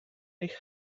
eich